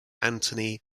antoni